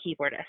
keyboardist